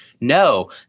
no